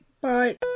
Bye